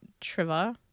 trivia